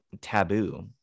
taboo